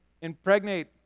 impregnate